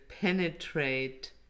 penetrate